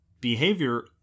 behavior